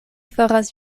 faras